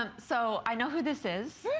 um so i know who this is.